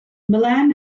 milan